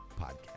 podcast